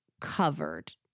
covered